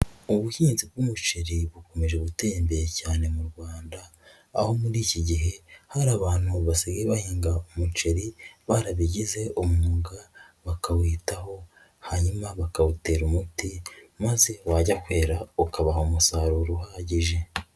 Ubuhinzi bw'umuceri bukomeje gutera imbere cyane mu Rwanda. Aho muri iki gihe, hari abantu basigaye bahinga umuceri, barabigize umwuga, bakawitaho, hanyuma bakawutera umuti, maze wajya kwera ukabaha umusaruro uhagije.